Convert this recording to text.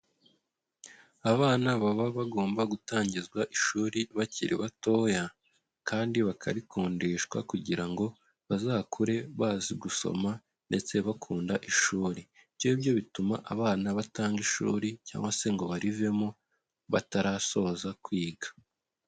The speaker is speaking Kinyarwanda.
Abana baba bagomba gutangizwa ishuri bakiri batoya kandi bakarikundishwa kugira ngo bazakure bazi gusoma ndetse bakunda ishuri, ibyo ngibyo bituma abana batanga ishuri cyangwa se ngo barivemo batarasoza kwiga.